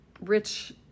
rich